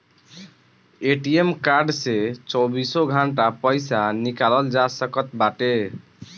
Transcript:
ATM card से चौबीसों घंटा पईसा निकालल जा सकत बाटे